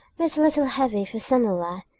but it's a little heavy for summer wear.